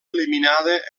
eliminada